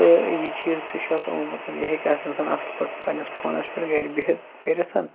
تہٕ یہِ چیٖز تہِ چھُ اَتھ آمُت یہِ ہٮ۪کہِ اَکھ اِنسان اَصٕل پٲٹھۍ پَنٕنِس فونَس پٮ۪ٹھ گَرِ بِہِتھ کٔرِتھ